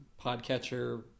podcatcher